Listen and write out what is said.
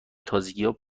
تازگیها